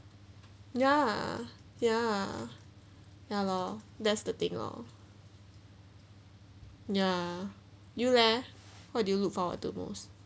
ya ya ya lor that's the thing lor ya you leh what did you look forward to most